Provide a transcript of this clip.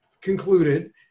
concluded